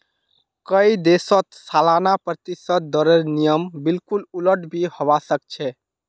कई देशत सालाना प्रतिशत दरेर नियम बिल्कुल उलट भी हवा सक छे